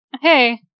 hey